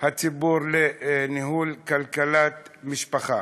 הציבור לניהול כלכלת המשפחה.